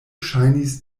ŝajnis